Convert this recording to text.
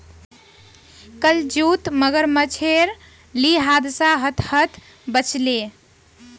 कल जूत मगरमच्छेर ली हादसा ह त ह त बच ले